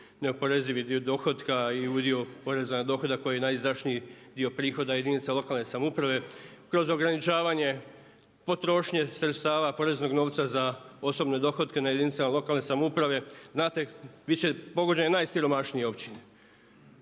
neoporezivi dio dohotka i udio poreza na dohodak koji je najizdašniji dio prihoda jedinica lokalne samouprave, kroz ograničavanje potrošnje sredstava poreznog novca za osobne dohotke na jedinicama lokalne samouprave. Znate, bit će pogođene najsiromašnije općine.